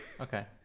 Okay